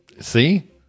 See